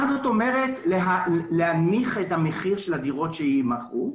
מה זאת אומרת להנמיך את המחיר של הדירות שיימכרו?